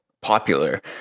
popular